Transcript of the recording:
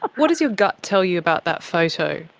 what does your gut tell you about that photo?